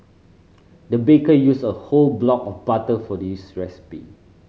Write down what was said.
the baker used a whole block of butter for this recipe